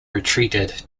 retreated